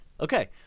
okay